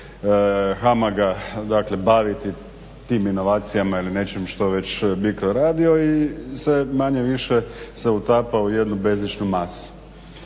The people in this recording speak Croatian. HAMAG-a baviti tim inovacijama ili nečim što je već BICRO radio i sve manje-više se utapa u jednu bezličnu masu.